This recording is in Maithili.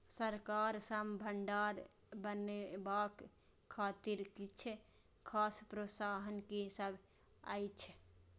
सरकार सँ भण्डार बनेवाक खातिर किछ खास प्रोत्साहन कि सब अइछ?